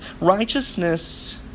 Righteousness